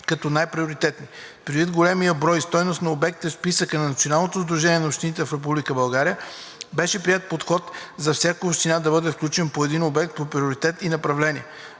като най-приоритетни. Предвид големия брой и стойност на обектите в списъка на Националното сдружение на общините в Република България беше приет подходът за всяка община да бъде включен по един обект по приоритетност и направление.